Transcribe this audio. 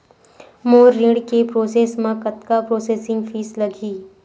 मोर ऋण के प्रोसेस म कतका प्रोसेसिंग फीस लगही?